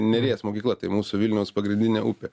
neries mokykla tai mūsų vilniaus pagrindinė upė